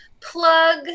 Plug